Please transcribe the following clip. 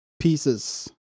pieces